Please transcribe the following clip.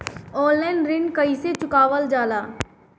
Online ऋण कईसे चुकावल जाला?